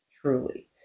truly